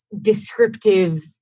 descriptive